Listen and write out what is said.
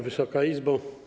Wysoka Izbo!